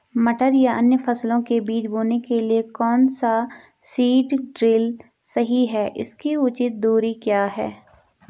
मटर या अन्य फसलों के बीज बोने के लिए कौन सा सीड ड्रील सही है इसकी उचित दूरी क्या है?